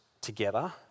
together